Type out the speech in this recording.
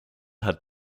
hat